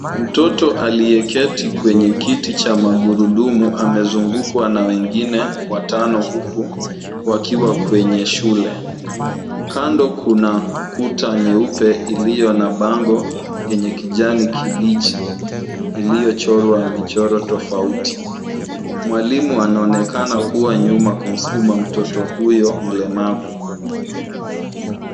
Mtoto aliyeketi kwenye kiti cha magurudumu amezungukwa na wengine watano huku wakiwa kwenye shule. Kando kuna kuta nyeupe iliyo na bango yenye kijani kibichi iliyochorwa michoro tofauti. Mwalimu anaonekana kuwa nyuma kumskuma mtoto huyo mlemavu.